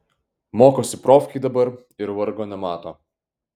mokosi profkėj dabar ir vargo nemato